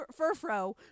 furfro